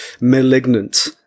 malignant